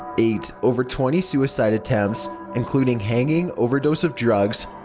eight over twenty suicide attempts including hanging, overdose of drugs,